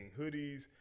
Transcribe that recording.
hoodies